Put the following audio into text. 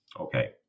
Okay